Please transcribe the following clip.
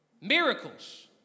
Miracles